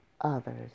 others